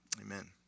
amen